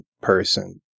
person